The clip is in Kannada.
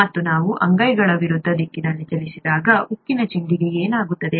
ಮತ್ತು ನಾವು ಅಂಗೈಗಳನ್ನು ವಿರುದ್ಧ ದಿಕ್ಕಿನಲ್ಲಿ ಚಲಿಸಿದಾಗ ಉಕ್ಕಿನ ಚೆಂಡಿಗೆ ಏನಾಗುತ್ತದೆ